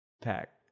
pack